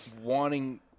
wanting